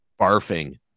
barfing